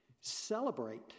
celebrate